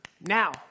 now